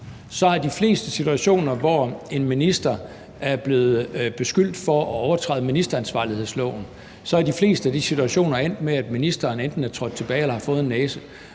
er, er de fleste situationer, hvor en minister er blevet beskyldt for at overtræde ministeransvarlighedsloven, endt med, at ministeren enten er trådt tilbage eller har fået en næse?